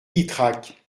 ytrac